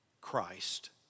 Christ